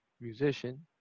musician